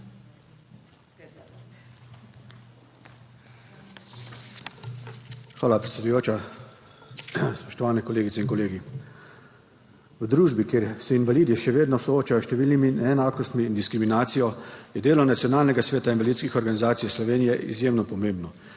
Hvala, predsedujoča. Spoštovane kolegice in kolegi! V družbi, kjer se invalidi še vedno soočajo s številnimi neenakostmi in diskriminacijo, je delo Nacionalnega sveta invalidskih organizacij Slovenije izjemno pomembno,